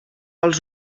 els